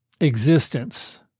existence